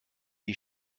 die